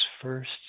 first